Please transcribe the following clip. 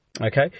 Okay